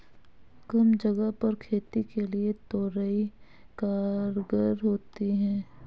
कम जगह पर खेती के लिए तोरई कारगर होती है